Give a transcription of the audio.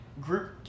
group